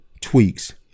tweaks